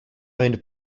owned